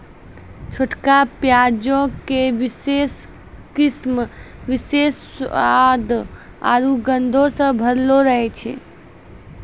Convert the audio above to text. छोटका प्याजो के विशेष किस्म विशेष स्वाद आरु गंधो से भरलो रहै छै